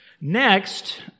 Next